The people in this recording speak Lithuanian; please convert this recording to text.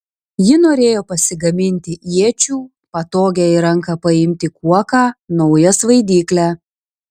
ji norėjo pasigaminti iečių patogią į ranką paimti kuoką naują svaidyklę